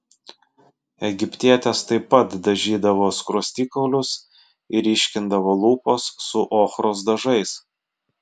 egiptietės taip pat dažydavo skruostikaulius ir ryškindavo lūpas su ochros dažais